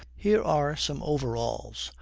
here are some overalls.